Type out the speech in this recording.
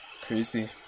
Crazy